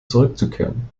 zurückzukehren